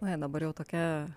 na ji dabar jau tokia